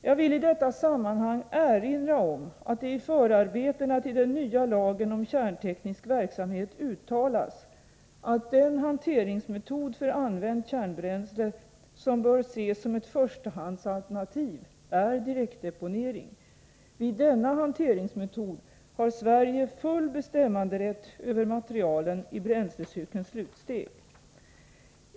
Jag vill i detta sammanhang erinra om att det i förarbetena till den nya lagen om kärnteknisk verksamhet uttalas att den hanteringsmetod för använt kärnbränsle som bör ses som ett förstahandsalternativ är direktdeponering. Vid denna hanteringsmetod har Sverige full bestämmanderätt över materialen i bränslecykelns slutsteg.